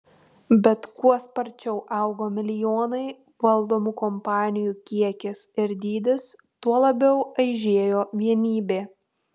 bet kuo sparčiau augo milijonai valdomų kompanijų kiekis ir dydis tuo labiau aižėjo vienybė